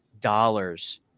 dollars